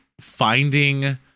finding